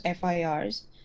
FIRs